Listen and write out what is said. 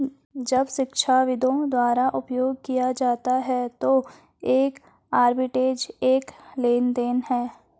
जब शिक्षाविदों द्वारा उपयोग किया जाता है तो एक आर्बिट्रेज एक लेनदेन है